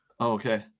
okay